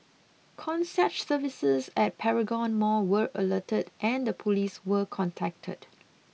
concierge services at Paragon mall were alerted and the police were contacted